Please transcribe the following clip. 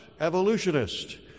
evolutionist